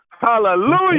hallelujah